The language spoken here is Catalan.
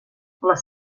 les